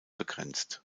begrenzt